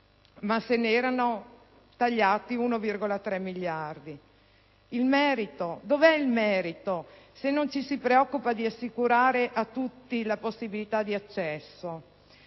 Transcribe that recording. era stato un taglio di 1,3 miliardi. Il merito? Dov'è il merito, se non ci si preoccupa di assicurare a tutti la possibilità di accesso?